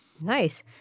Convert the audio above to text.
Nice